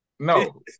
No